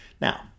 Now